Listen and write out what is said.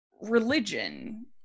religion